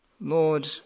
Lord